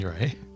Right